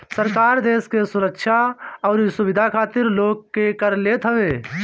सरकार देस के सुरक्षा अउरी सुविधा खातिर लोग से कर लेत हवे